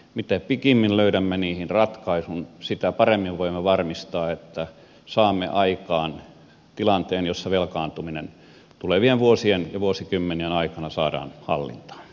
mitä pikemmin löydämme niihin ratkaisun sitä paremmin voimme varmistaa että saamme aikaan tilanteen jossa velkaantuminen tulevien vuosien ja vuosikymmenien aikana saadaan hallintaan